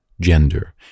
gender